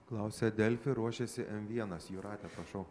klausė delfi ruošiasi m vienas jūrate prašau